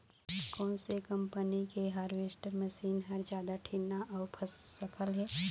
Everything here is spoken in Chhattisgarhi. कोन से कम्पनी के हारवेस्टर मशीन हर जादा ठीन्ना अऊ सफल हे?